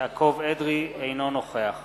אינו נוכח